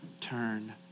turn